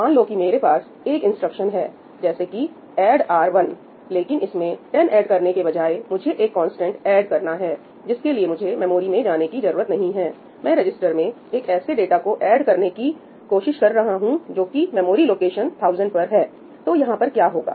मान लो कि मेरे पास एक इंस्ट्रक्शन है जैसे कि ऐड R1 add R1 लेकिन इसमें 10 ऐड करने के बजाए मुझे एक कांस्टेंट ऐड करना है जिसके लिए मुझे मेमोरी में जाने की जरूरत नहीं है मैं रजिस्ट्रर में एक ऐसे डाटा को ऐड करने की कोशिश कर रहा हूं जो कि मेमोरी लोकेशन 1000 पर है तो यहां पर क्या हुआ होगा